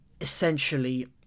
essentially